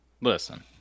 Listen